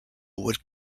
would